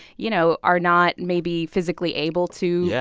you know, are not maybe physically able to. yeah.